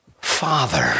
Father